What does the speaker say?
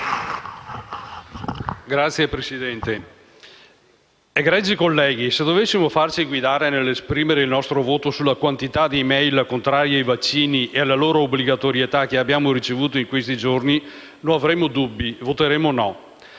Signor Presidente, egregi colleghi, se dovessimo farci guidare nell'esprimere il nostro voto dalla quantità di *mail* contrarie ai vaccini e alla loro obbligatorietà che abbiamo ricevuto in questi giorni, non avremmo dubbi e voteremmo no.